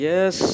Yes